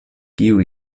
kiu